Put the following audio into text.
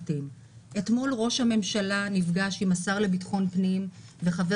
אתמול ראש הממשלה נפגש עם השר לביטחון פנים ועם חבר